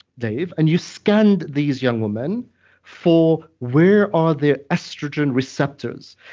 dave, and you scanned these young women for where are their estrogen receptors,